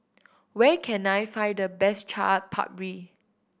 where can I find the best Chaat Papri